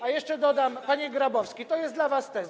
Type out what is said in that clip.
A jeszcze dodam, panie Grabowski, to jest dla was test.